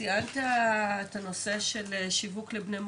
ציינת את הנושא של שיווק לבני המקום,